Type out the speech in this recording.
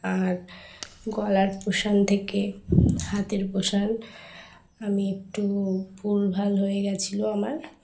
আর গলার পোর্শান থেকে হাতের পোর্শান আমি একটু ভুল ভাল হয়ে গিয়েছিলো আমার